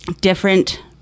different